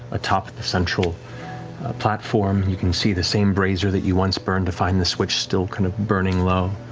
atop the central platform. you can see the same brazier that you once burned to find the switch still kind of burning low.